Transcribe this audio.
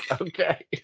okay